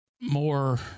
more